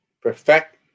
perfect